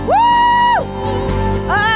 Woo